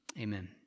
Amen